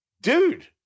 Dude